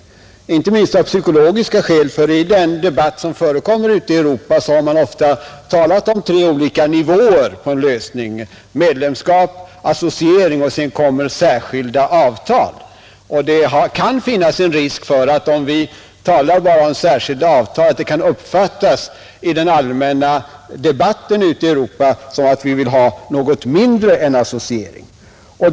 Inte minst är det fallet av psykologiska skäl, ty i den debatt som förekommer ute i Europa har ofta nämnts tre olika nivåer på en lösning av anslutningsfrågan — medlemskap, associering eller särskilda avtal. Och det kan finnas en risk för att, om vi bara talar om särskilda avtal, det kan uppfattas i den allmänna debatten ute i Europa som att vi vill ha något mindre än associering.